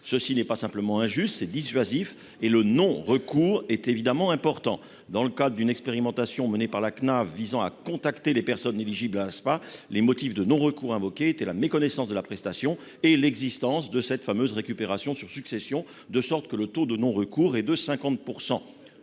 est non pas simplement injuste, mais également dissuasive ; et le non-recours est évidemment important. Dans le cadre d'une expérimentation menée par la Caisse nationale d'assurance vieillesse (Cnav) visant à contacter les personnes éligibles à l'Aspa, les motifs de non-recours invoqués étaient la méconnaissance de la prestation et l'existence de cette fameuse récupération sur succession, de sorte que le taux de non-recours est de 50 %.